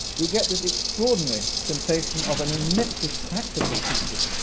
you get this extraordinary sensation of an immensely practical people.